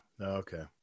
okay